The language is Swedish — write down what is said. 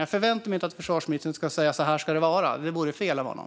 Jag förväntar mig inte att försvarsministern ska säga "så här ska det vara", för det vore fel av honom.